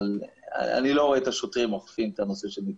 אבל אני לא רואה את השוטרים אוכפים את הנושא של ניקיון.